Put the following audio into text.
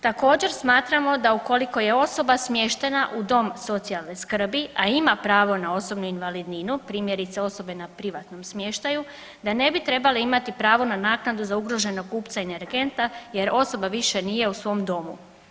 Također smatramo da ukoliko je osoba smještena u dom socijalne skrbi, a ima pravo na osobnu invalidninu, primjerice osobe na privatnom smještaju da ne bi trebale imati pravo na naknadu za ugroženog kupca energenta jer osoba više nije u svom domu.